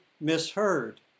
misheard